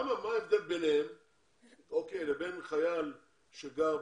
מה ההבדל ביניהם לבין חייל שגר,